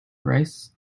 rice